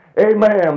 Amen